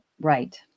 Right